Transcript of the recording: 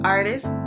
Artist